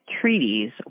treaties